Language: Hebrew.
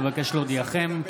אבקש להודיעכם,